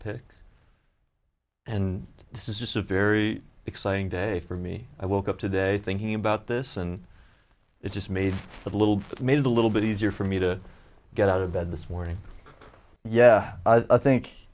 pick and this is just a very exciting day for me i woke up today thinking about this and it just made it a little bit made a little bit easier for me to get out of bed this morning yeah i think